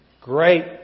Great